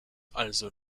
also